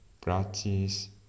practice